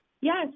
Yes